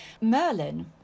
Merlin